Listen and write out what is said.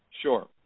Sure